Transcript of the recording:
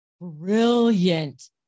brilliant